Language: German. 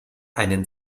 einen